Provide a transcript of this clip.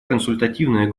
консультативная